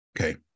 Okay